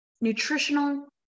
nutritional